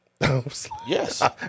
yes